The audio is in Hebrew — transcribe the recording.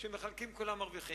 כשמחלקים כולם מרוויחים.